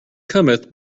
cometh